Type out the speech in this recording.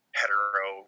hetero